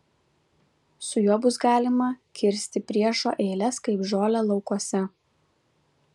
su juo bus galima kirsti priešo eiles kaip žolę laukuose